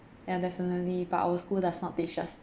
ya definitely but our school does not teach us